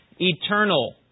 eternal